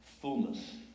fullness